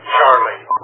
Charlie